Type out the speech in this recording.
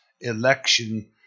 election